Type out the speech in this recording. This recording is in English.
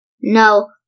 No